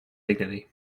dignity